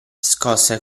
scosse